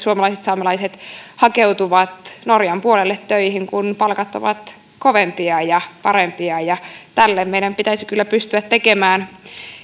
suomalaiset saamelaiset hakeutuvat norjan puolelle töihin kun palkat ovat kovempia ja parempia tälle meidän pitäisi kyllä pystyä tekemään